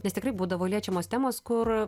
nes tikrai būdavo liečiamos temos kur